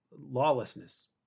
lawlessness